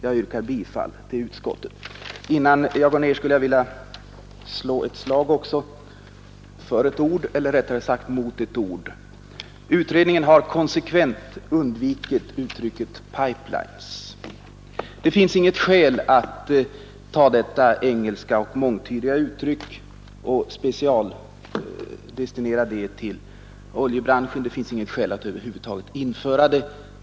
Jag yrkar bifall till utskottets hemställan. Innan jag slutar mitt anförande skulle jag också vilja slå ett slag för — eller rättare sagt mot — ett uttryck. Utredningen har konsekvent undvikit ordet pipeline. Det finns inget skäl att ta detta engelska och mångtydiga uttryck och särprägla det för oljebranschen, och det finns över huvud taget inget skäl att införa det.